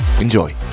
Enjoy